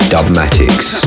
Dubmatics